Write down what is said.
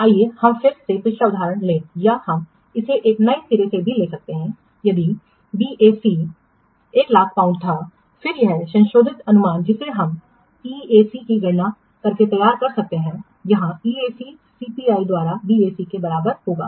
आइए हम फिर से पिछला उदाहरण लें या हम इसे एक नए सिरे से भी ले सकते हैं यदि बीएसी 100000 पाउंड था फिर एक संशोधित अनुमान जिसे हम ईएसी की गणना करके तैयार कर सकते हैं जहां EAC CPI द्वारा BAC के बराबर होगा